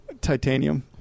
Titanium